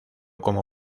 como